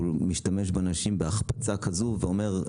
והוא משתמש בנשים בהחפצה כזו ואומר: